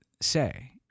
say